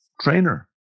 trainer